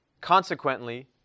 Consequently